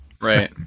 right